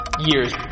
Years